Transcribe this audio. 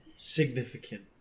significant